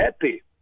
happy